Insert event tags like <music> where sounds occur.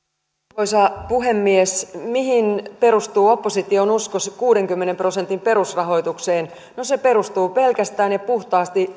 arvoisa puhemies mihin perustuu opposition usko kuudenkymmenen prosentin perusrahoitukseen no se perustuu pelkästään ja puhtaasti <unintelligible>